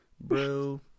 Bro